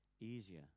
easier